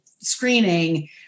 screening